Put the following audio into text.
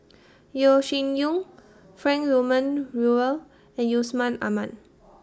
Yeo Shih Yun Frank Wilmin Brewer and Yusman Aman